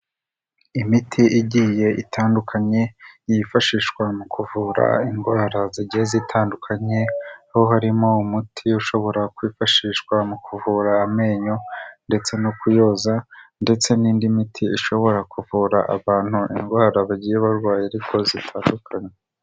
Imiti igiye itandukanye yifashishwa mu kuvura indwara zigeze zitandukanye ho harimo umuti ushobora kwifashishwa mu kuvura amenyo ndetse no kuyoza ndetse n'indi miti ishobora kuvura abantu indwara bagiye barwaye ariko zitandukanye.